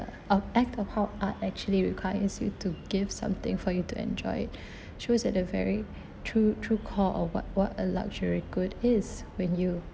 of act of how art actually requires you to give something for you to enjoy shows at the very true true call or what what a luxury good is when you